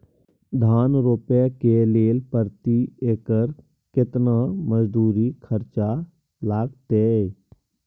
धान रोपय के लेल प्रति एकर केतना मजदूरी खर्चा लागतेय?